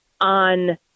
on